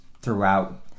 throughout